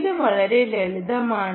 ഇത് വളരെ ലളിതമാണ്